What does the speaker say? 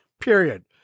period